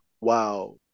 wow